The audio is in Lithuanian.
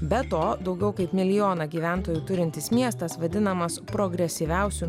be to daugiau kaip milijoną gyventojų turintis miestas vadinamas progresyviausiu